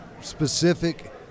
specific